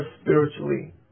spiritually